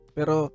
Pero